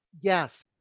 Yes